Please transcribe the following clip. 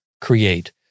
create